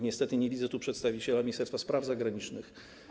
Niestety nie widzę tu przedstawiciela Ministerstwa Spraw Zagranicznych.